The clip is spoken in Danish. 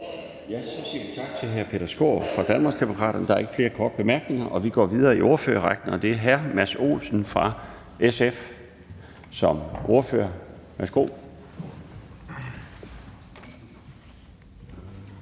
Så siger vi tak til hr. Peter Skaarup fra Danmarksdemokraterne. Der er ikke flere korte bemærkninger. Vi går videre i ordførerrækken, og det er nu hr. Mads Olsen fra SF som ordfører. Værsgo.